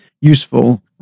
useful